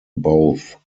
both